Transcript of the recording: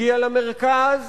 הגיע למרכז